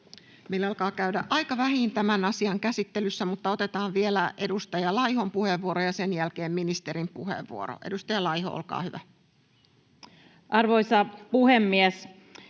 Meillä alkaa käydä aika vähiin tämän asian käsittelyssä, mutta otetaan vielä edustaja Laihon puheenvuoro ja sen jälkeen ministerin puheenvuoro. — Edustaja Laiho, olkaa hyvä. Arvoisa puhemies!